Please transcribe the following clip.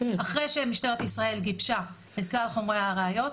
אחרי שמשטרת ישראל גיבשה את כלל חומרי הראיות,